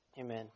Amen